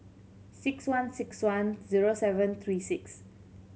six one six one zero seven three six